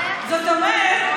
זאת אומרת,